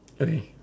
okay